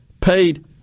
paid